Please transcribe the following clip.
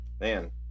Man